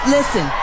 Listen